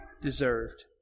deserved